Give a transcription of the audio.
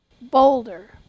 Boulder